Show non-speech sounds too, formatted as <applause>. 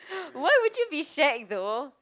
<breath> why would you be shag though